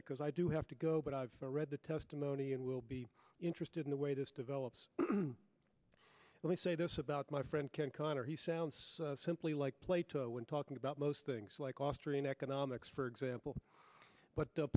because i do have to go but i've read the testimony and will be interested in the way this develops when i say this about my friend ken connor he sounds simply like plato when talking about most things like austrian economics for example but